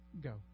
go